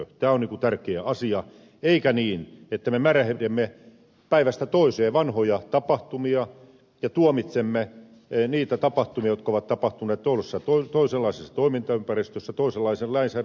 tä mä on tärkeä asia eikä niin että me märehdimme päivästä toiseen vanhoja tapahtumia ja tuomitsemme niitä tapahtumia jotka ovat tapahtuneet toisenlaisessa toimintaympäristössä toisenlaisen lainsäädännön ollessa voimassa